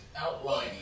outlining